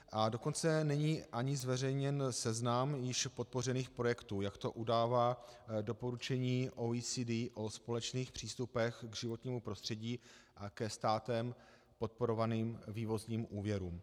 A dokonce není ani zveřejněn seznam již podpořených projektů, jak to udává doporučení OECD o společných přístupech k životnímu prostředí a ke státem podporovaným vývozním úvěrům.